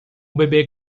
bebê